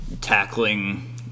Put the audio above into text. Tackling